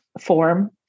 form